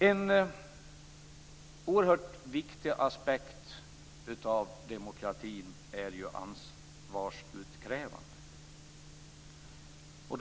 En oerhört viktig aspekt av demokratin är ansvarsutkrävandet.